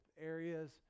areas